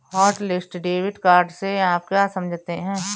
Hotlist debit card से आप क्या समझते हैं?